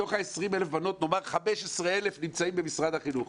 מתוך 20,000 בנות נאמר ש-15,000 נמצאות במשרד החינוך.